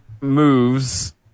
moves